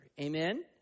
Amen